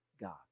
God